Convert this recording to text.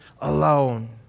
alone